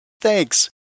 Thanks